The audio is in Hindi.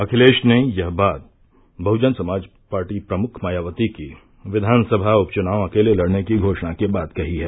अखिलेश ने यह बात बहुजन पार्टी प्रमुख मायावती की विधानसभा उपचुनाव अकेले लड़ने की घोषणा के बाद कही है